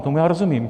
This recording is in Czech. Tomu já rozumím.